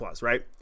right